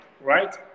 right